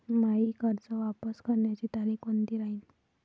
मायी कर्ज वापस करण्याची तारखी कोनती राहीन?